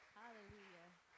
hallelujah